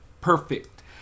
perfect